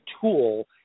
tool